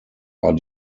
are